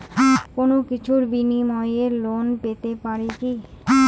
কোনো কিছুর বিনিময়ে লোন পেতে পারি কি?